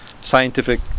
scientific